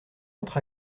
entre